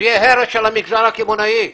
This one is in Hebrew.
זה יהיה הרס של המגזר הקמעונאי.